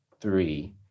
three